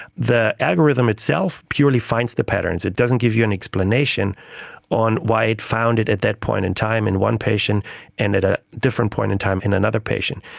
the algorithm itself purely finds the patterns, it doesn't give you an explanation on why it found it at that point of time in one patient and at a different point in time in another patient.